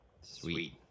Sweet